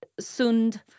sund